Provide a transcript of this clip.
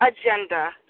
agenda